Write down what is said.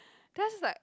then I just like